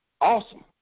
awesome